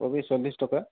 কবি চল্লিছ টকা